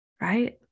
right